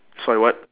sorry what